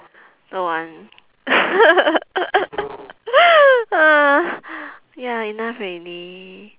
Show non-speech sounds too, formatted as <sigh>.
don't want <laughs> ya enough already